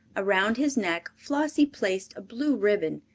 around his neck flossie placed a blue ribbon,